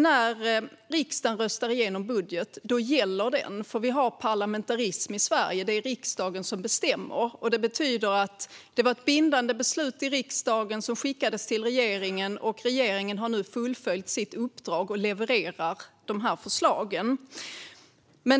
När riksdagen röstar igenom budgeten gäller den, för vi har parlamentarism i Sverige. Det är riksdagen som bestämmer. Detta betyder att det var ett bindande beslut i riksdagen som skickades till regeringen, och regeringen har nu fullföljt sitt uppdrag och levererar dessa förslag.